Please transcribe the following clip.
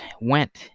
Went